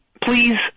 Please